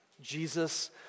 Jesus